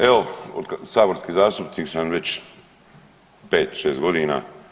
Evo saborski zastupnik sam već 5, 6 godina.